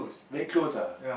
very close ah